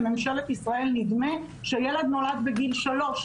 לממשלת ישראל נדמה שילד נולד בגיל שלוש.